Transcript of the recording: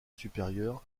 supérieur